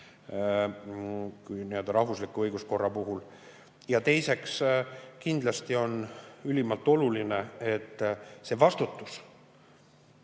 vastutuse rahvusliku õiguskorra puhul. Ja teiseks, kindlasti on ülimalt oluline, et see vastutus